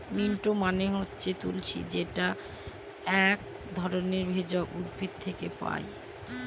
mint মানে হচ্ছে তুলশী যেটা এক ধরনের ভেষজ উদ্ভিদ থেকে পায়